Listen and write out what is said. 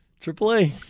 Triple-A